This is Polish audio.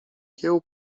kieł